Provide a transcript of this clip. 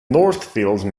northfield